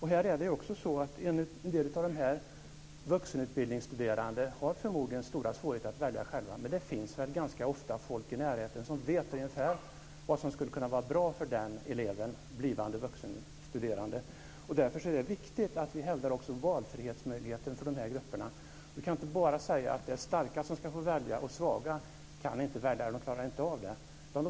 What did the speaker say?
Här är det också så: En del av de vuxenutbildningsstuderande har förmodligen stora svårigheter att välja själva, men det finns ganska ofta folk i närheten som vet ungefär vad som skulle kunna vara bra för dessa elever och blivande vuxenstuderande. Därför är det viktigt att vi hävdar valfrihetsmöjligheten också för de här grupperna. Vi kan inte bara säga att de starka ska få välja och att de svaga inte klarar av det.